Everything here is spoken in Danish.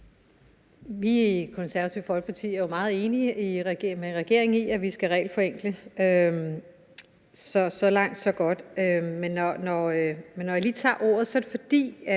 Vi i Det Konservative Folkeparti er jo meget enige med regeringen i, at vi skal regelforenkle. Så langt, så godt. Jeg er sådan set meget enig,